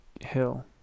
Hill